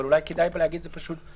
אבל אולי כדאי להגיד את זה גם כאן.